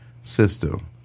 system